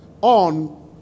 on